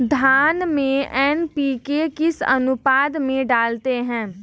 धान में एन.पी.के किस अनुपात में डालते हैं?